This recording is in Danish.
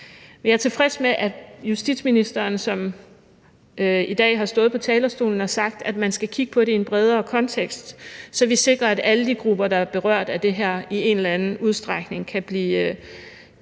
Jeg er tilfreds med, at justitsministeren i dag har stået på talerstolen og sagt, at man skal kigge på det i en bredere kontekst, så vi sikrer, at alle de grupper, der er berørt af det her, i en eller anden udstrækning kan blive